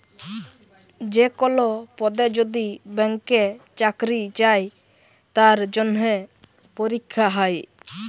যে কল পদে যদি ব্যাংকে চাকরি চাই তার জনহে পরীক্ষা হ্যয়